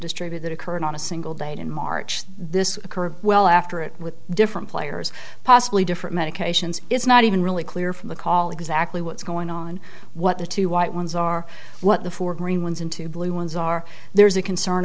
distribute that occurred on a single date in march this occurred well after it with different players possibly different medications it's not even really clear from the call exactly what's going on what the two white ones are what the four green ones in two blue ones are there's a concern